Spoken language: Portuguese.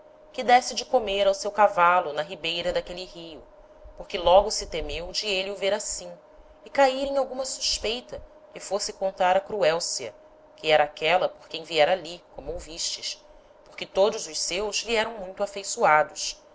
que desse de comer ao seu cavalo na ribeira d'aquele rio porque logo se temeu de êle o ver assim e cair em alguma suspeita que fosse contar a cruelcia que era aquela por quem viera ali como ouvistes porque todos os seus lhe eram muito afeiçoados